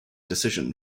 decision